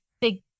big